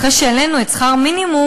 אחרי שהעלינו את שכר המינימום,